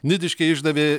nidiškiai išdavė